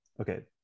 okay